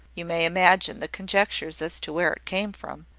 you may imagine the conjectures as to where it came from,